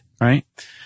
right